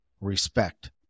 respect